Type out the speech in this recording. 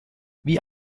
wie